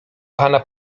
pana